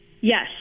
Yes